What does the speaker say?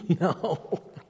No